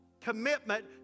commitment